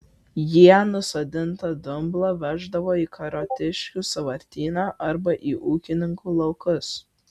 jie nusodintą dumblą veždavo į kariotiškių sąvartyną arba į ūkininkų laukus